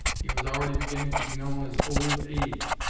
he was already beginning to be known as old abe.